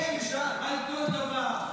--- תפסיקו להגן על כל דבר.